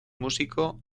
músico